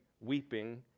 weeping